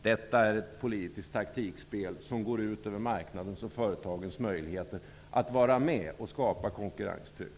Detta är ett politiskt taktikspel som går ut över marknadens och företagens möjligheter att vara med och skapa konkurrenstryck.